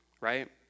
right